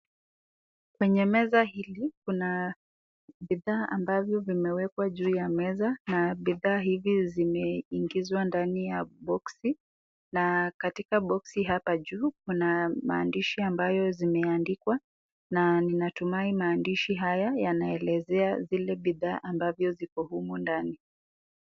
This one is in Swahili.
Kwenye meza hii kuna bidhaa ambazo zimewekwa juu ya meza, bidhaa hizi zimeingizwa ndani ya box na katika box hapa juu kuna maandishi ambayo zimeandikwa na ninatumai maandishi haya yanaelezea zile bidhaa ambavyo zimo humu ndani.